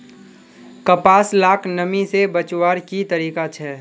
कपास लाक नमी से बचवार की तरीका छे?